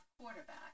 quarterback